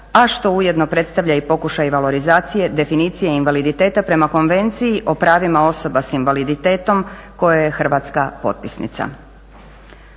a što ujedno predstavlja i pokušaj valorizacije definicije invaliditeta prema Konvenciji o pravima osoba sa invaliditetom koje je Hrvatska potpisnica.